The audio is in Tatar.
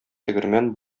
тегермән